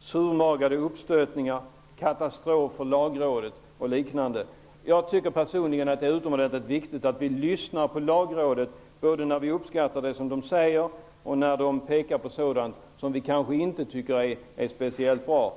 surmagade uppstötningar, katastrof för Lagrådet och liknande. Jag tycker att det är utomordentligt viktigt att vi lyssnar på Lagrådet både när vi uppskattar vad rådet säger och när rådet pekar på sådant som vi inte tycker är speciellt bra.